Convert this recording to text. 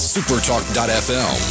Supertalk.fm